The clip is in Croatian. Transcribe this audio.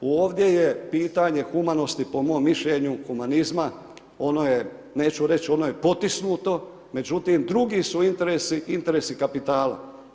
Ovdje je pitanje humanosti, po mom mišljenju humanizma, neću reći, ono je potisnuto, međutim, drugi su interesi, interesi kapitala.